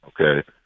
okay